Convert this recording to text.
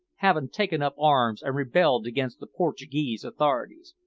havin' taken up arms and rebelled against the portuguese authorities.